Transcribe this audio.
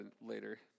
later